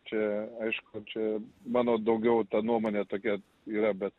čia aišku čia mano daugiau ta nuomonė tokia yra bet